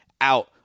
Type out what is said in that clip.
out